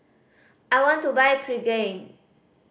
I want to buy Pregain